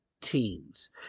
teams